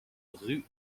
rue